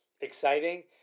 exciting